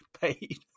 paid